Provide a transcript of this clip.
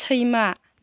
सैमा